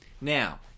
Now